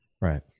Right